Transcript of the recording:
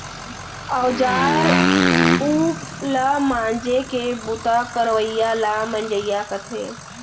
औजार उव ल मांजे के बूता करवइया ल मंजइया कथें